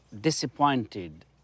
disappointed